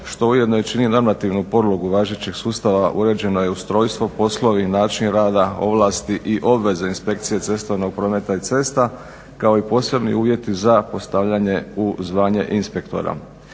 što ujedno i čini normativnu podlogu važećeg sustava uređeno je ustrojstvo, poslovi, način rada, ovlasti i obveze inspekcije cestovnog prometa i cesta kao i posebni uvjeti za postavljanje u zvanje inspektora.